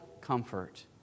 comfort